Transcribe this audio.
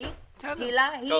היל"ה היא